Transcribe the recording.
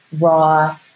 raw